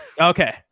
Okay